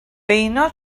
beuno